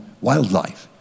wildlife